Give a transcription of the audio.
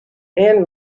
and